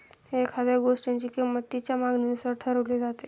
एखाद्या गोष्टीची किंमत तिच्या मागणीनुसार ठरवली जाते